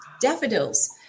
daffodils